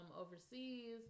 overseas